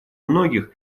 многих